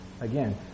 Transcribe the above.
Again